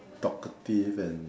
talkative and